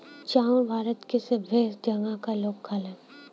चाउर भारत के सबै जगह क लोग खाला